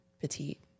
petite